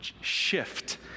shift